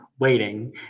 Waiting